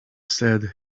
said